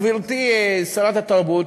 גברתי שרת התרבות,